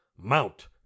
mount